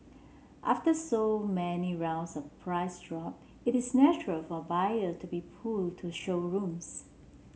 after so many rounds of price drop it is natural for buyer to be pulled to showrooms